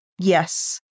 yes